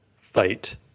fight